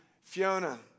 Fiona